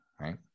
right